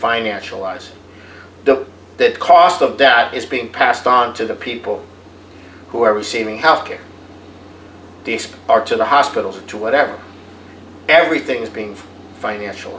financial wise the cost of that is being passed on to the people who are receiving health care despite our to the hospitals to whatever everything's being financial